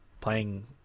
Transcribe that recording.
playing